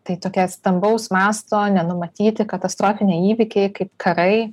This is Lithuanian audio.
tai tokie stambaus masto nenumatyti katastrofiniai įvykiai kaip karai